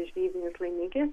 žvejybinis laimikis